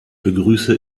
begrüße